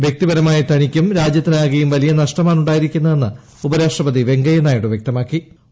വൃക്തിപരമായി തനിക്കും രാജ്യത്തിനാകെയും വലിയ നഷ്ടമാണ് ഉണ്ടായിരിക്കുന്നതെന്ന് ഉപരാഷ്ട്രപതി വെങ്കയ്യ നായിഡു പറഞ്ഞു